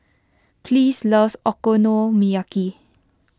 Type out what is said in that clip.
please loves Okonomiyaki